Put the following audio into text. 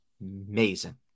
Amazing